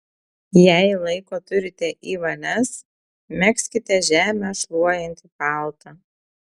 jei laiko turite į valias megzkite žemę šluojantį paltą